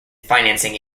financing